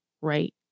right